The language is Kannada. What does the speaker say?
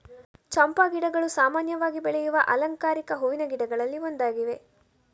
ಚಂಪಾ ಗಿಡಗಳು ಸಾಮಾನ್ಯವಾಗಿ ಬೆಳೆಯುವ ಅಲಂಕಾರಿಕ ಹೂವಿನ ಗಿಡಗಳಲ್ಲಿ ಒಂದಾಗಿವೆ